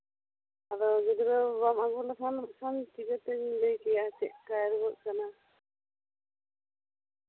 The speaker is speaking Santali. ᱟᱫᱚ ᱜᱤᱫᱽᱨᱟᱹ ᱵᱟᱢ ᱟᱹᱜᱩ ᱞᱮᱠᱷᱟᱱ ᱪᱤᱠᱟᱹᱛᱮᱧ ᱞᱟᱹᱭ ᱠᱮᱭᱟ ᱪᱮᱫᱠᱟᱭ ᱨᱩᱣᱟᱹᱜ ᱠᱟᱱᱟ